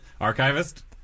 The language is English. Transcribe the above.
Archivist